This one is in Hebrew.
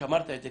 שאמרת את זה,